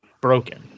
broken